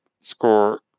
score